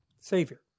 Savior